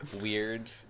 weird